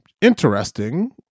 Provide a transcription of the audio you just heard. interesting